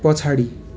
पछाडि